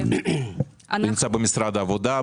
נמצא במשרד העבודה?